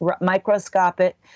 microscopic